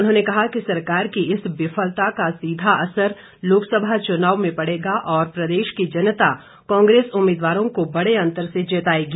उन्होंने कहा कि सरकार की इस विफलता का सीधा असर लोकसभा चुनाव में पड़ेगा और प्रदेश की जनता कांग्रेस उम्मीदवारों को बड़े अंतर से जिताएगी